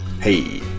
Hey